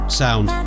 sound